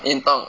eh 你懂